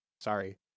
Sorry